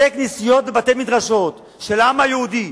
בתי-כנסיות ובתי-מדרשות של העם היהודי,